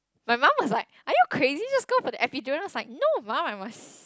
my mum was like are you crazy just go for the epidural and I was like no mum I must